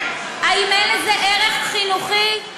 האם אין לזה ערך חינוכי?